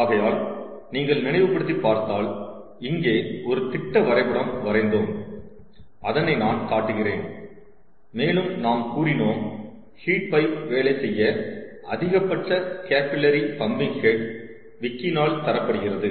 ஆகையால் நீங்கள் நினைவுபடுத்திப் பார்த்தால் நாம் இங்கே ஒரு திட்ட வரைபடம் வரைந்தோம் அதனை நான் காட்டுகிறேன் மேலும் நாம் கூறினோம் ஹீட் பைப் வேலை செய்ய அதிகப்பட்ச கேபில்லரி பம்பிங் ஹெட் விக்கினால் தரப்படுகிறது